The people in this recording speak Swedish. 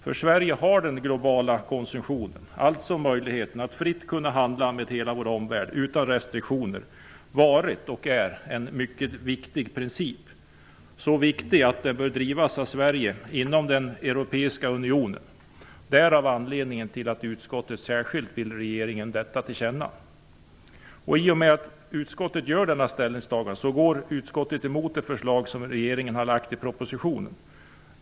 För Sverige har den globala konsumtionen, dvs. möjligheten att fritt kunna handla med hela vår omvärld utan restriktioner, varit en mycket viktig princip. Den är så viktig att den bör drivas av Sverige inom den europeiska unionen. Det är anledningen till att utskottet särskilt vill ge regeringen detta till känna. I och med att utskottet gör detta ställningstagande går utskottet emot det förslag som regeringen har lagt fram i propositionen.